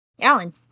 Alan